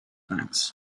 banks